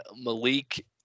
Malik